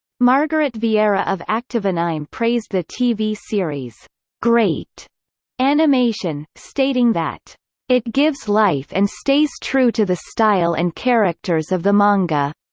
margaret veira of activeanime praised the tv series' great animation, stating that it gives life and stays true to the style and characters of the manga.